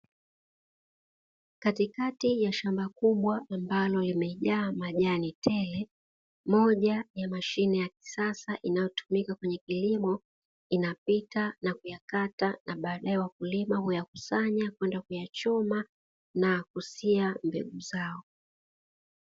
Katikati ya shamba kubwa, ambalo limejaa majani tele, moja ya mashine ya kisasa inayotumika kwenye kilimo, inapita na kuyakata, na baadae wakulima huyakusanya kwenda kuyachoma na kusiha mbegu zao.